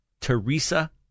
Teresa